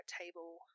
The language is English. table